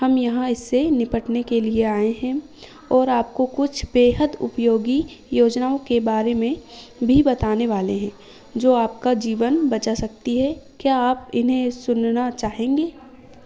हम यहाँ इससे निपटने के लिए आए हैं और आपको कुछ बेहद उपयोगी योजनाओं के बारे में भी बताने वाले हैं जो आपका जीवन बचा सकती हैं क्या आप इन्हें सुनना चाहेंगे